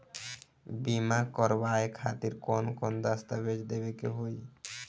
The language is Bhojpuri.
बीमा करवाए खातिर कौन कौन दस्तावेज़ देवे के होई?